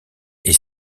est